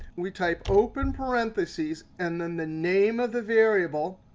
we type open parentheses, and then the name of the variable.